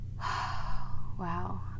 Wow